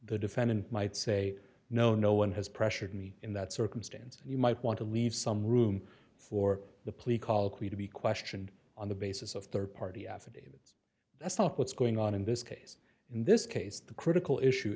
the defendant might say no no one has pressured me in that circumstance and you might want to leave some room for the police to be questioned on the basis of rd party affidavit that's not what's going on in this case in this case the critical issue